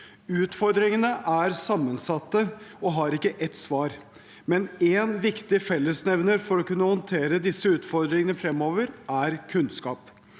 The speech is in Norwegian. Utfordringene er sammensatte og har ikke ett svar, men én viktig fellesnevner for å kunne håndtere disse utfordringene framover er kunnskap.